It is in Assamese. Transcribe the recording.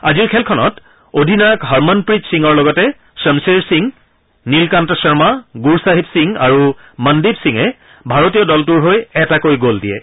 আজিৰ খেলখনত অধিনায়ক হৰমনপ্ৰীত সিঙৰ লগতে শ্বমশ্বেৰ সিং নীলকান্ত শৰ্মা গুৰছাহিব সিং আৰু মনদ্বীপ সিঙে ভাৰতৰ হৈ এটাকৈ গল দিয়ে